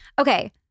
okay